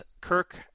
Kirk